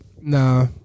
Nah